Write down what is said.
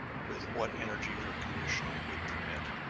with what energy her condition would permit.